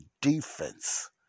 defense